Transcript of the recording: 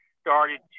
started